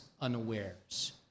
unawares